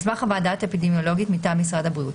על סמך חוות דעת אפידמיולוגית מטעם משרד הבריאות,